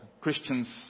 Christians